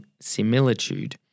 similitude